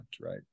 Right